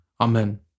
Amen